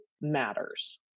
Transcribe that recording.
matters